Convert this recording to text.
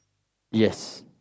yes